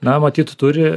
na matyt turi